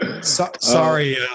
Sorry